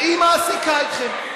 והיא מעסיקה אתכם.